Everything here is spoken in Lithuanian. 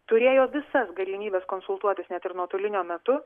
turėjo visas galimybes konsultuotis net ir nuotolinio metu